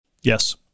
Yes